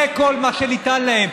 זה כל מה שניתן להם.